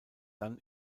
dann